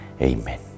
Amen